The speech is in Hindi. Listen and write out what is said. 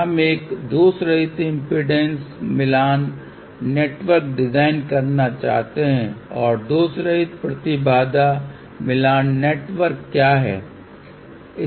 हम एक दोषरहित इम्पीडेन्स मिलान नेटवर्क डिजाइन करना चाहते हैं और दोषरहित प्रतिबाधा मिलान नेटवर्क क्या हैं